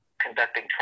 conducting